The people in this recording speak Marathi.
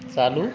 चालू